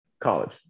college